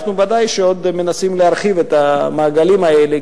אנחנו ודאי עוד מנסים להרחיב את המעגלים האלה,